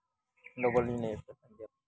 ᱰᱚᱵᱚᱞᱤᱧ ᱞᱟᱹᱭᱠᱟᱫᱟ ᱯᱟᱧᱡᱟᱵ ᱫᱚ